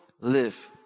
live